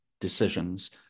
decisions